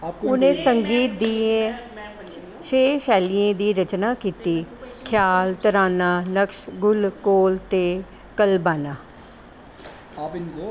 उ'नें संगीत दियें छे शैलियें दी रचना कीती ख्याल तराना नक्श गुल कौल ते कलबाना